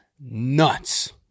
nuts